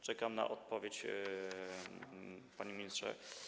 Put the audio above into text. Czekam na odpowiedź, panie ministrze.